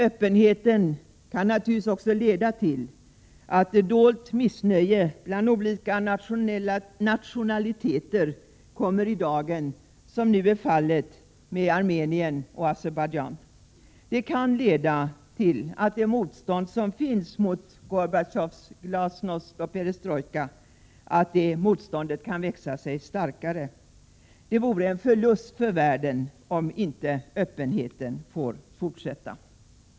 Öppenheten kan naturligtvis också leda till att dolt missnöje bland olika nationaliteter kommer i dagen, något som nu är fallet med Armenien och Azerbadjan. Det kan leda till att det motstånd som finns mot Gorbatjovs glasnost och perestrojka kan växa sig starkare. Det vore en förlust för världen om inte öppenheten fick fortsätta.